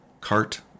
cart